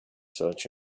search